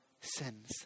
sins